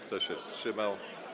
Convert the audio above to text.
Kto się wstrzymał?